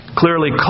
clearly